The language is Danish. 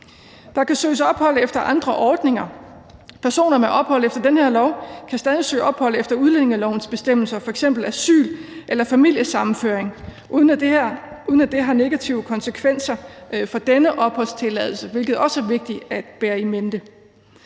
Der kan søges ophold efter andre ordninger. Personer med ophold efter den her lov kan stadig søge ophold efter udlændingelovens bestemmelser, f.eks. asyl eller familiesammenføring, uden at det har negative konsekvenser for denne opholdstilladelse, hvilket også er vigtigt at bære in mente.